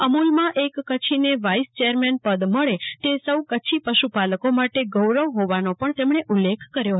અમૂલમાં એક કચ્છીને vice chairman પદ મળે તે સૌ કચ્છી પશુપાલકો માટે ગૌરવ હોવાનો પણ ઉલ્લેખ કર્યો હતો